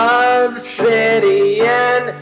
obsidian